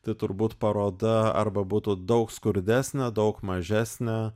tai turbūt paroda arba būtų daug skurdesnė daug mažesnė